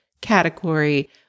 category